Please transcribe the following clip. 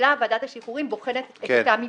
כשממילא ועדת השחרורים בוחנת את אותם מבחנים.